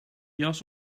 jas